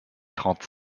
trente